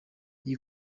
iyi